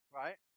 right